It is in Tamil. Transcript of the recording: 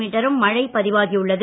மீட்டரும் மழை பதிவாகி உள்ளது